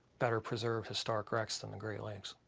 better preserved historic wrecks than the great lakes.